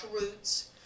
Roots